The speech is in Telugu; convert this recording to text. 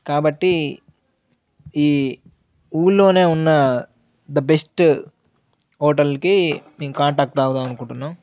కాబట్టి ఈ ఊర్లోనే ఉన్న ద బెస్ట్ హోటల్కి మేము కాంటాక్ట్ ఆవుదాం అనుకుంటున్నాం